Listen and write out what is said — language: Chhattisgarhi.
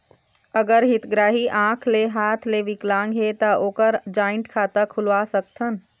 अगर हितग्राही आंख ले हाथ ले विकलांग हे ता ओकर जॉइंट खाता खुलवा सकथन?